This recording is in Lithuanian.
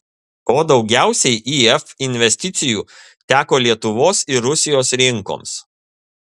o daugiausiai if investicijų teko lietuvos ir rusijos rinkoms